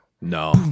No